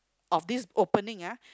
of this opening ah